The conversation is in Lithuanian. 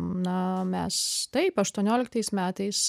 na mes taip aštuonioliktais metais